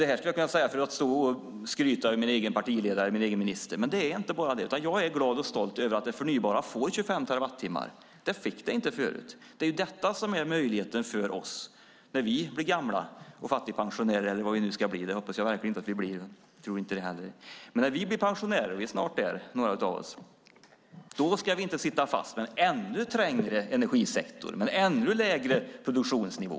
Detta skulle jag kunna säga för att få skryta över min egen partiledare, min egen minister, men det handlar inte bara om det. Jag är glad och stolt över att det förnybara får 25 terawattimmar. Det fick det inte tidigare. Det är det som är möjligheten för oss när vi blir gamla och fattigpensionärer, vilket jag verkligen hoppas att vi inte blir, och det tror jag inte heller. När vi blir pensionärer, och några av oss är snart där, ska vi inte sitta fast med en ännu trängre energisektor, med en ännu lägre produktionsnivå.